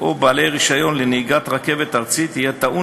או בעלי רישיון לנהיגת רכבת ארצית יהיה טעון